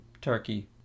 turkey